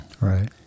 Right